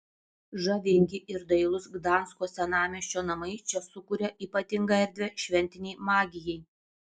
žavingi ir dailūs gdansko senamiesčio namai čia sukuria ypatingą erdvę šventinei magijai